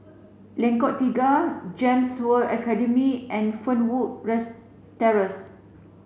Lengkong Tiga GEMS World Academy and Fernwood Terrace